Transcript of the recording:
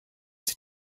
sie